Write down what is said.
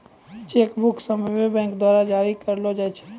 cheque book सभ्भे bank द्वारा जारी करलो जाय छै